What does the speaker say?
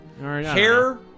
Hair